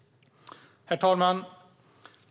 Herr talman!